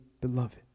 beloved